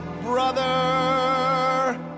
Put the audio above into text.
brother